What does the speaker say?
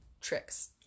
Tricks